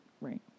Right